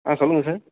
ஆ சொல்லுங்க சார்